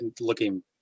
looking